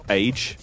age